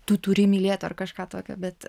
tu turi mylėt ar kažką tokio bet